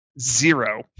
zero